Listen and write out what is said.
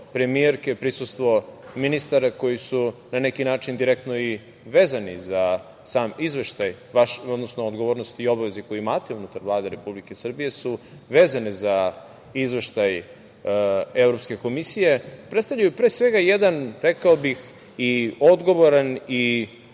premijerke, prisustvo ministara koji su na neki način direktno i vezani za sam izveštaj, odnosno odgovornost i obaveze koje imate unutar Vlade Republike Srbije, su vezane za izveštaj Evropske komisije, predstavljaju pre svega jedan, rekao bih, odgovoran i